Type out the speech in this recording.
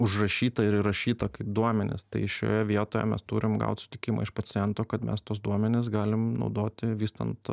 užrašyta ir įrašyta kaip duomenys tai šioje vietoje mes turim gaut sutikimą iš paciento kad mes tuos duomenis galim naudoti vystant